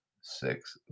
Six